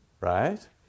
Right